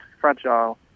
fragile